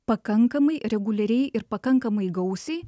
pakankamai reguliariai ir pakankamai gausiai